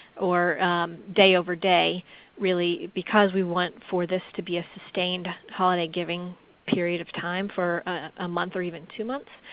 or day over day really because we want for this to be sustained holiday giving period of time for a month or even two months.